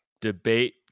Debate